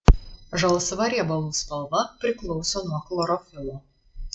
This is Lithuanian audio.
žalsva riebalų spalva priklauso nuo chlorofilo